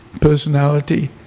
personality